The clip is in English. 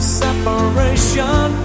separation